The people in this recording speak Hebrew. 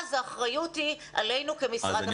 ואז האחריות היא עלינו כמשרד החינוך.